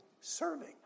serving